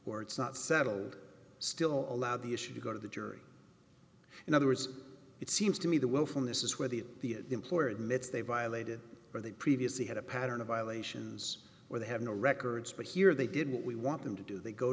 or it's not settled still allow the issue to go to the jury in other words it seems to me the will from this is where the employer admits they violated where they previously had a pattern of violations where they have no records but here they didn't we want them to do they go